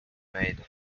made